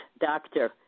Doctor